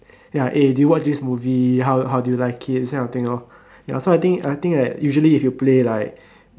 ya eh do you watch this movie how how do you like it this kind of thing you know so I think I think that usually if you play like